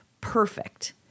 perfect